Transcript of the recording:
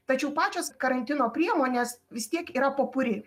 tačiau pačios karantino priemonės vis tiek yra popuri